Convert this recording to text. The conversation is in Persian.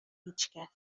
هیچکس